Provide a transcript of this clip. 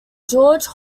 george